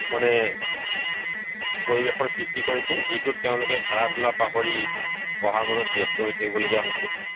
মানে পৰিৱেশৰ সৃষ্টি কৰিছে যিটোত তেওঁলোকে খেলা ধূলা পাহৰি পঢ়াৰ মাজত ব্যস্ত হৈ থাকিবলগীয়া হৈছে